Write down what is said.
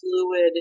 fluid